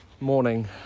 morning